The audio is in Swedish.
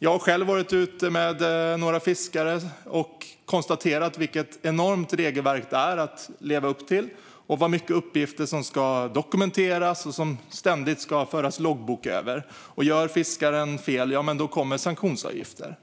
Jag har själv varit ute med några fiskare och kan konstatera vilket enormt regelverk de ska leva upp till, hur mycket uppgifter som ska dokumenteras och som det ständigt ska föras loggbok över. Om fiskaren då gör fel kommer det sanktionsavgifter.